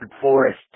Forest